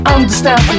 understand